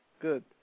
Good